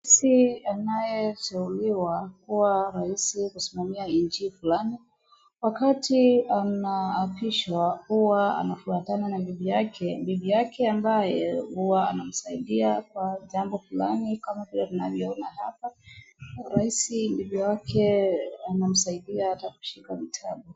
Raisi anayeteuliwa kuwa raisi kusimamia nchi fulani, wakati anaapishwa huwa anafuatana na bibi yake ,bibi yake ambaye huwa anamsaidia kwa jambo fulani kama vile tunavyoona hapa ,raisi bibi wake anamsaidia ata kushika vitabu.